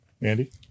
Andy